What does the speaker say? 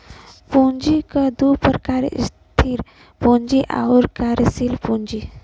पूँजी क दू प्रकार स्थिर पूँजी आउर कार्यशील पूँजी